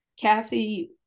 Kathy